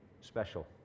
special